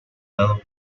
dado